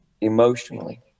emotionally